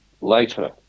later